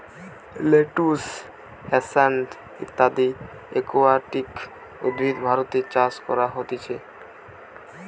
lettuce, hyacinth ইত্যদি aquatic উদ্ভিদ ভারতে চাষ করা হতিছে